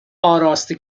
آراسته